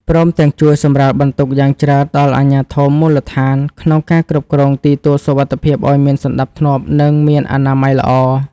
ព្រមទាំងជួយសម្រាលបន្ទុកយ៉ាងច្រើនដល់អាជ្ញាធរមូលដ្ឋាន ក្នុងការគ្រប់គ្រងទីទួលសុវត្ថិភាពឱ្យមានសណ្ដាប់ធ្នាប់ និងមានអនាម័យល្អ។